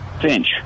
finch